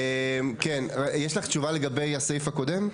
כן, יש לך תשובה לגבי הסעיף הקודם?